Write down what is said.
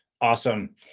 Awesome